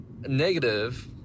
negative